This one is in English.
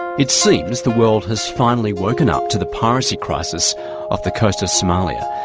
it seems the world has finally woken up to the piracy crisis off the coast of somalia.